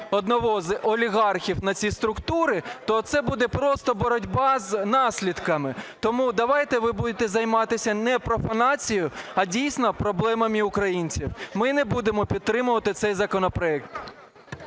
одного з олігархів на ці структури, то це буде просто боротьба з наслідками. Тому давайте ви будете займатися не профанацією, а дійсно проблемами українців. Ми не будемо підтримувати цей законопроект.